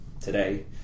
today